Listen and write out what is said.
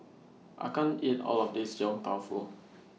I can't eat All of This Yong Tau Foo